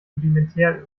rudimentär